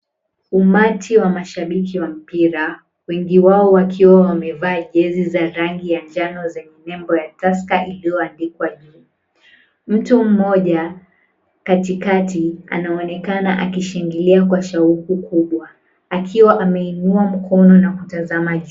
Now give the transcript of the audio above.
Umati wa mashabiki wa mpira, wengi wao wakiwa wamevaa jezi za rangi ya njano zenye nembo ya Tusker iliyoandikwa. Mtu mmoja, katikati, anaonekana akishangilia kwa shauku kubwa, akiwa ameinua mkono na kutazama juu.